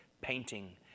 painting